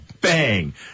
bang